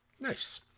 Nice